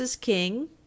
King